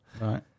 Right